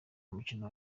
umukino